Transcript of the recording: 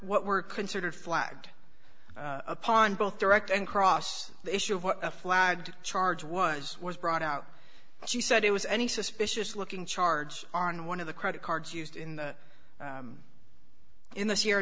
what were considered flagged upon both direct and cross the issue of what a flag charge was was brought out she said it was any suspicious looking charge on one of the credit cards used in the in this year